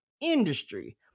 industry